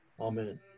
Amen